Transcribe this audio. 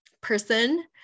person